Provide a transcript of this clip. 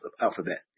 alphabet